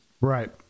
right